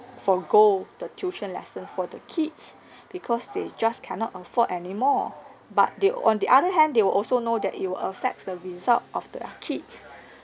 forgo the tuition lessons for the kids because they just cannot afford anymore but they uh on the other hand they will also know that it will affects the result of the kids